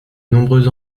nombreux